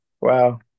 Wow